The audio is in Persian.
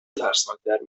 ترسناکتر